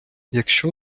якщо